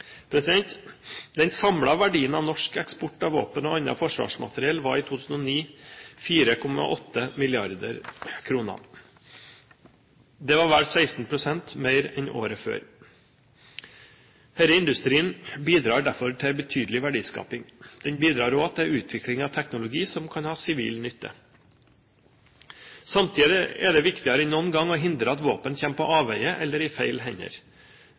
Den samlede verdien av norsk eksport av våpen og annet forsvarsmateriell var i 2009 på 4,8 mrd. kr. Det var vel 16 pst. mer enn året før. Denne industrien bidrar derfor til en betydelig verdiskaping. Den bidrar også til utvikling av teknologi som kan ha sivil nytte. Samtidig er det viktigere enn noen gang å hindre at våpen kommer på avveie eller i feil hender.